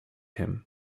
him